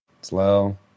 slow